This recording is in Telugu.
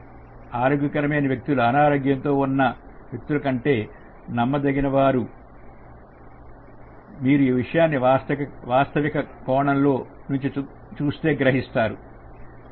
అలాగే ఆరోగ్యకరమైన వ్యక్తులు అనారోగ్యంతో ఉన్న వ్యక్తుల కంటే నమ్మదగిన వారు మీరు ఈ విషయాన్ని వాస్తవిక కోణం నుంచి చూస్తే గ్రహిస్తారు